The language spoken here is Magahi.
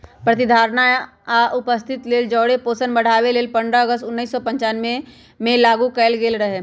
प्रतिधारणा आ उपस्थिति लेल जौरे पोषण बढ़ाबे लेल पंडह अगस्त उनइस सौ पञ्चानबेमें लागू कएल गेल रहै